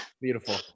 beautiful